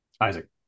Isaac